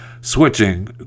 switching